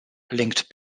linked